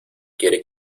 quiere